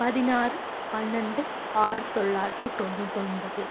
பதினாறு பன்னெண்டு ஆயிரத் தொள்ளாயிரத்தி தொண்ணூத்தொன்பது